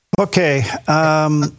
Okay